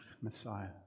Messiah